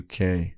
UK